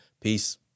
Peace